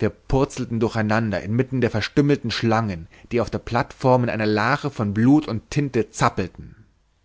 wir purzelten durch einander inmitten der verstümmelten schlangen die auf der plateform in einer lache von blut und tinte zappelten